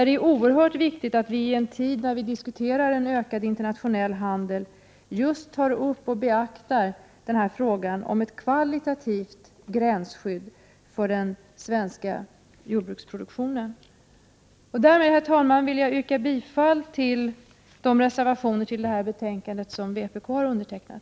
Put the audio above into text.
Det är oerhört viktigt att vi i en tid då vi diskuterar ökad internationell handel just tar upp och beaktar frågan om ett kvalitativt gränsskydd för den svenska jordbruksproduktionen. Herr talman! Med detta yrkar jag bifall till de reservationer till detta betänkande som företrädare för vpk har undertecknat.